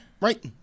Right